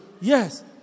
Yes